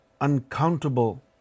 uncountable